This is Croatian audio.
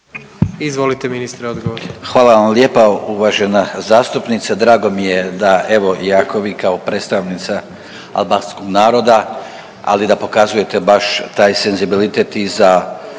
Gordan (HDZ)** Hvala vam lijepa uvažena zastupnice. Drago mi je da evo i ako vi kao predstavnica albanskog naroda ali da pokazujete baš taj senzibilitet i za